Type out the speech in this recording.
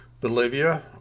Bolivia